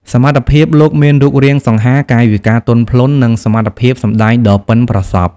សមត្ថភាព លោកមានរូបរាងសង្ហា កាយវិការទន់ភ្លន់ និងសមត្ថភាពសម្ដែងដ៏ប៉ិនប្រសប់។